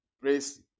Praise